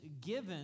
given